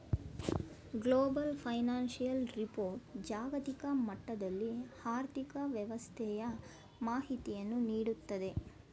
global financial report ಜಾಗತಿಕ ಮಟ್ಟದಲ್ಲಿ ಆರ್ಥಿಕ ವ್ಯವಸ್ಥೆಯ ಮಾಹಿತಿಯನ್ನು ನೀಡುತ್ತದೆ